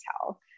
tell